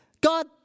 God